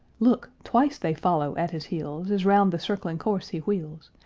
look! twice they follow at his heels, as round the circling course he wheels,